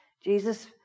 Jesus